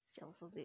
siao so late